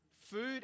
Food